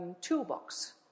toolbox